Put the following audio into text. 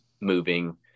moving